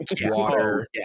water